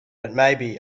butmaybe